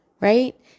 right